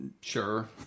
Sure